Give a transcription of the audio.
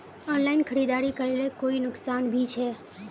Online खरीदारी करले कोई नुकसान भी छे?